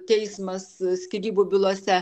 teismas skyrybų bylose